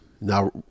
Now